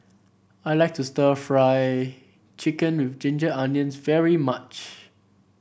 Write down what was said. I like to stir Fry Chicken with Ginger Onions very much